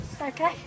Okay